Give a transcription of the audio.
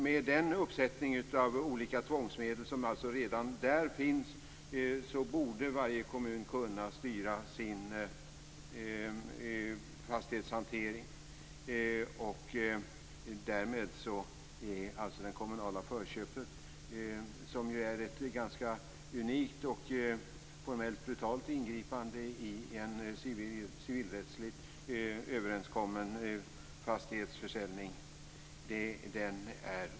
Med den uppsättningen olika tvångsmedel, som alltså redan finns, borde varje kommun kunna styra sin fastighetshantering. Därmed är det kommunala förköpet onödigt. Det är ju ett ganska unikt och formellt brutalt ingripande i en civilrättsligt överenskommen fastighetsförsäljning.